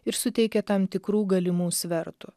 ir suteikė tam tikrų galimų svertų